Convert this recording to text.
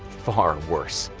far worse.